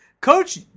Coach